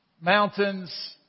mountains